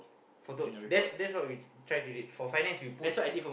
that's that's why try we did for finance we put